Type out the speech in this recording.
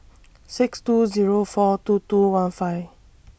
six two Zero four two two one five